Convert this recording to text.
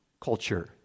culture